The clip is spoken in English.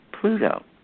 Pluto